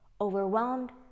Overwhelmed